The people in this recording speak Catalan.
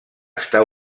està